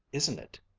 isn't it?